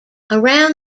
around